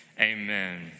amen